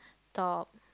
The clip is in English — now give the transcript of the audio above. top